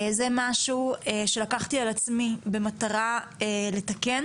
זה משהו שלקחתי על עצמי במטרה לתקן